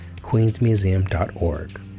queensmuseum.org